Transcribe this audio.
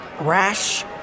rash